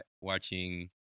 watching